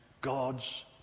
God's